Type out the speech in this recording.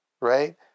right